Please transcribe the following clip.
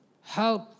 help